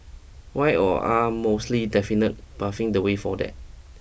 why or are mostly definite paving the way for that